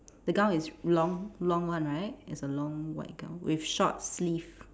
the gown is long long one right it's a long white gown with short sleeve